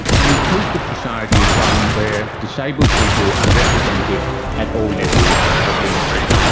an inclusive society is one where disabled people are represented at all levels of leadership.